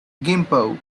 gimpo